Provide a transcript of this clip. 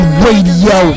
radio